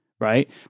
right